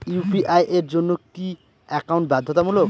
UPI এর জন্য কি একাউন্ট বাধ্যতামূলক?